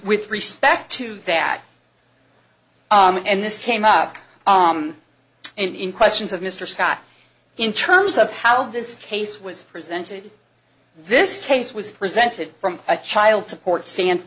with respect to that and this came out and in questions of mr scott in terms of how this case was presented this case was presented from a child support